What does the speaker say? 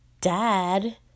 Dad